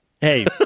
Hey